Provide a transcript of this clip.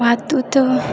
बात उत